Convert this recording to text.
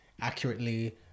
accurately